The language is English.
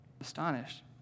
astonished